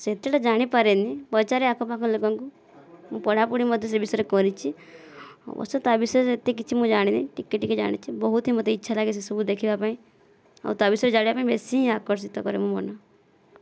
ସେତେଟା ଜାଣିପାରେନି ପଚାରେ ଆଖପାଖ ଲୋକଙ୍କୁ ମୁଁ ପଢ଼ାପଢ଼ି ମଧ୍ୟ ସେ ବିଷୟରେ କରିଛି ଅବଶ୍ୟ ତା ବିଷୟରେ ଏତେ କିଛି ମୁଁ ଜାଣିନି ଟିକିଏ ଟିକିଏ ଜାଣିଛି ବହୁତି ହି ମୋତେ ଇଚ୍ଛା ଲାଗେ ସେସବୁ ଦେଖିବା ପାଇଁ ଆଉ ତା' ବିଷୟରେ ଜାଣିବା ପାଇଁ ବେଶି ହିଁ ଆକର୍ଷିତ କରେ ମୋ ମନ